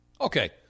okay